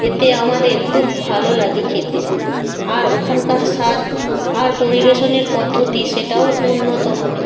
এতে আমাদের খুব ভালো লাগে খেতে আর ওখানকার স্বাদ আর পরিবেশনের পদ্ধতি সেটাও উন্নত মানের